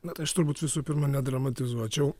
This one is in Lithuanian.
na tai t aš turbūt visų pirma nedramatizuočiau